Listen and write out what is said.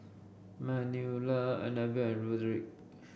Manuela Annabell and Roderic